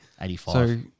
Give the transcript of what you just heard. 85